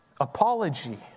apology